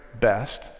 best